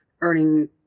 earning